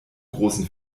großen